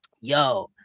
yo